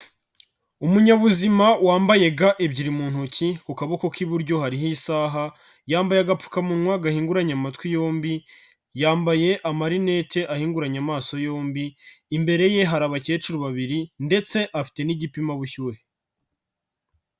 Umunyabuzima wambaye ga ebyiri mu ntoki, ku kaboko k'iburyo hariho isaha, yambaye agapfukamunwa gahinguranye amatwi yombi, yambaye amarinete ahinguranye amaso yombi, imbere ye hari abakecuru babiri ndetse afite n'igipima ubushyuhe.